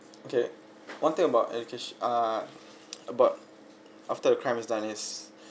okay one thing about education ah about after the crime is done is